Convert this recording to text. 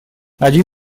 один